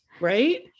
right